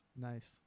Nice